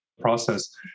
process